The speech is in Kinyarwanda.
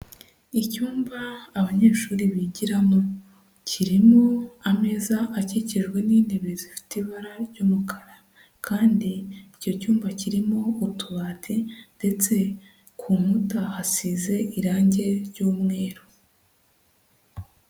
Icyumba abanyeshuri bigiramo kirimo ameza akikijwe n'intebe zifite ibara ry'umukara kandi icyo cyumba kirimo utubati ndetse ku nkuta hasize irange ry'umweru.